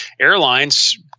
airlines